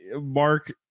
Mark